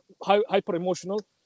hyper-emotional